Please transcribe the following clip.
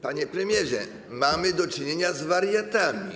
Panie premierze, mamy do czynienia z wariatami.